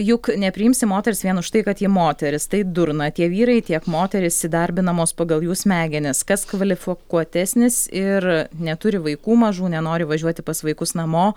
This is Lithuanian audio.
juk nepriimsi moters vien už tai kad ji moteris tai durna tie vyrai tiek moterys įdarbinamos pagal jų smegenis kas kvalifikuotesnis ir neturi vaikų mažų nenori važiuoti pas vaikus namo